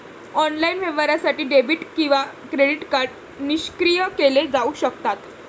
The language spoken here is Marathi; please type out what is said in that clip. ऑनलाइन व्यवहारासाठी डेबिट किंवा क्रेडिट कार्ड निष्क्रिय केले जाऊ शकतात